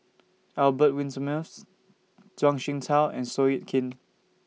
Albert Winsemius Zhuang Shengtao and Seow Yit Kin